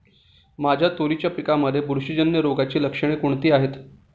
माझ्या तुरीच्या पिकामध्ये बुरशीजन्य रोगाची लक्षणे कोणती आहेत?